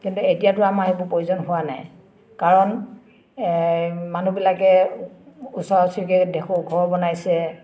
কিন্তু এতিয়াতো আমাৰ সেইবোৰ প্ৰয়োজন হোৱা নাই কাৰণ এই মানুহবিলাকে ওচৰ ওচৰৰিকৈ দেখোঁ ঘৰ বনাইছে